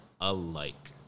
alike